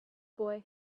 boy